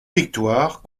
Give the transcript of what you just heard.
victoires